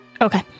Okay